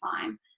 time